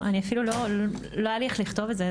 אפילו לא היה לי איך לכתוב את זה,